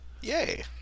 Yay